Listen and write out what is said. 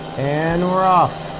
and we're off.